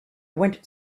went